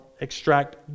extract